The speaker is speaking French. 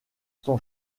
son